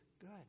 good